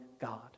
God